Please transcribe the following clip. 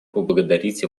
поблагодарить